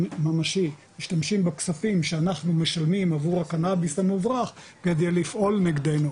משתמשים בכספים שאנחנו משלמים עבור הקנאביס המוברח כדי לפעול נגדנו,